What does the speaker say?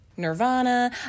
nirvana